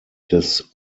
des